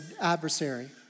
adversary